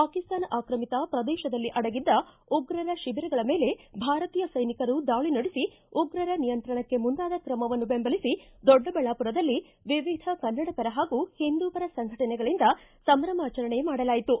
ಪಾಕಿಸ್ತಾನ ಆಕ್ರಮಿತ ಪ್ರದೇಶದಲ್ಲಿ ಅಡಗಿದ್ದ ಉಗ್ರರ ಶಿಬಿರಗಳ ಮೇಲೆ ಭಾರತೀಯ ಸೈನಿಕರು ದಾಳಿ ನಡೆಸಿ ಉಗ್ರರ ನಿಯಂತ್ರಣಕ್ಕೆ ಮುಂದಾದ ಕ್ರಮವನ್ನು ಬೆಂಬಲಿಸಿ ದೊಡ್ಡಬಳ್ಳಾಪುರದಲ್ಲಿ ವಿವಿಧ ಕನ್ನಡಪರ ಹಾಗೂ ಹಿಂದೂಪರ ಸಂಘಟನೆಗಳಂದ ಸಂಭ್ರಮಾಚರಣೆ ಮಾಡಲಾಯಿತು